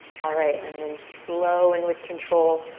alright, and then slow and with control,